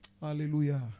Hallelujah